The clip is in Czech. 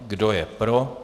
Kdo je pro?